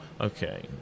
okay